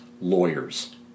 lawyers